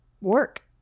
work